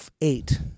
eight